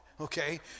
okay